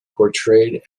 portrayed